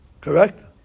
Correct